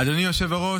אדוני היושב-ראש,